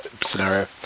scenario